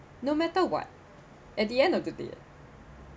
no matter what at the end of the day